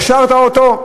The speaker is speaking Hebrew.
הכשרת אותו?